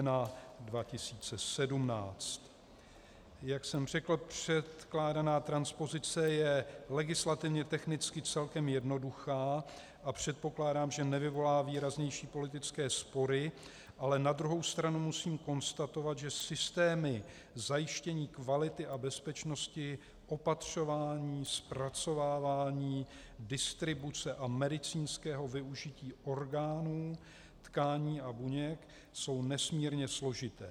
Jak jsem řekl, předkládaná transpozice je legislativně technicky celkem jednoduchá a předpokládám, že nevyvolá výraznější politické spory, ale na druhou stranu musím konstatovat, že systémy zajištění kvality a bezpečnosti opatřování, zpracovávání, distribuce a medicínského využití orgánů, tkání a buněk jsou nesmírně složité.